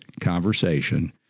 conversation